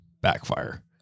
backfire